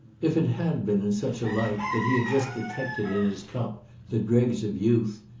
if it had been in such a light that he had just detected in his cup the dregs of youth,